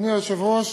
אדוני היושב-ראש,